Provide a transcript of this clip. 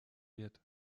wird